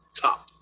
Top